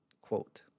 quote